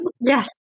Yes